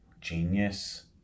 genius